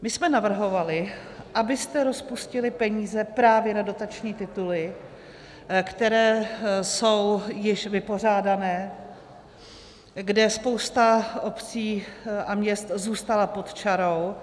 My jsme navrhovali, abyste rozpustili peníze právě na dotační tituly, které jsou již vypořádány, kde spousta obcí a měst zůstala pod čarou.